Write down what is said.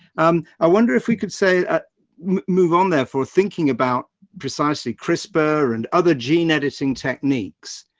um, i wonder if we could say move on there for thinking about precisely crispr and other gene editing techniques